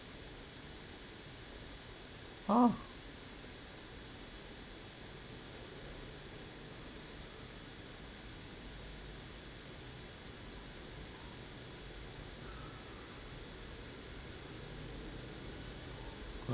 ah